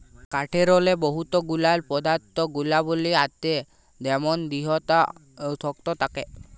কাঠেরলে বহুত গুলান পদাথ্থ গুলাবলী আছে যেমল দিঢ়তা শক্ত থ্যাকে